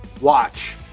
watch